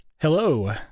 Hello